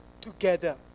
together